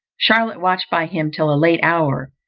charlotte watched by him till a late hour,